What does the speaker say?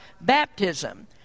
baptism